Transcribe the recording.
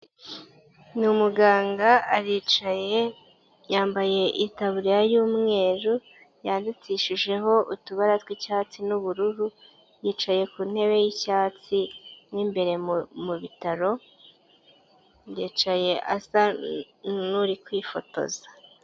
Ni umuganga aricaye yambaye itaburiya y'umweru yandikishijeho utubara tw'icyatsi n'ubururu, yicaye ku ntebe y'icyatsi mo imbere mu bitaro, yicaye asa n'uri kwifotoza.